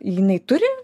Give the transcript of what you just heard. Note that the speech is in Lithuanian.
jinai turi